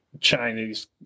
Chinese